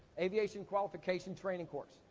aviation qualification training course.